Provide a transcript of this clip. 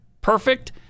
perfect